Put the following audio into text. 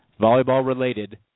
volleyball-related